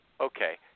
Okay